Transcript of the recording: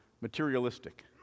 materialistic